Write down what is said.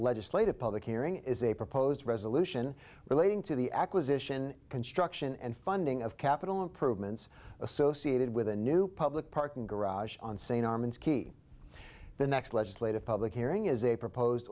legislative public hearing is a proposed resolution relating to the acquisition construction and funding of capital improvements associated with a new public parking garage on st armand's key the next legislative public hearing is a proposed